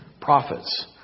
prophets